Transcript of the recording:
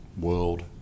world